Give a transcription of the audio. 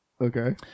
Okay